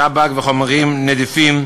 בטבק ובחומרים נדיפים,